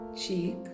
cheek